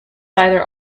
either